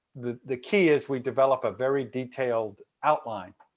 the the key is we develop a very detailed outline.